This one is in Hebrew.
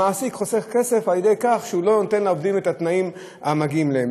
המעסיק חוסך כסף על-ידי כך שהוא לא נותן לעובדים את התנאים המגיעים להם.